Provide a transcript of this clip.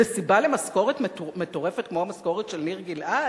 זאת סיבה למשכורת מטורפת כמו המשכורת של ניר גלעד?